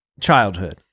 childhood